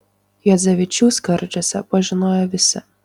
juodzevičių skardžiuose pažinojo visi